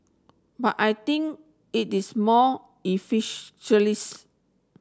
but I think it is more